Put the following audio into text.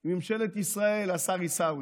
עם ממשלת ישראל, השר עיסאווי,